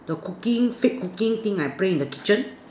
the cooking fake cooking thing I play in the kitchen